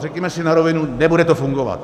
Řekněme si na rovinu, nebude to fungovat.